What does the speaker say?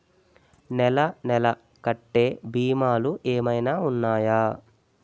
నెల నెల కట్టే భీమాలు ఏమైనా ఉన్నాయా?